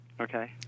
Okay